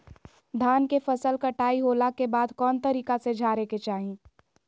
धान के फसल कटाई होला के बाद कौन तरीका से झारे के चाहि?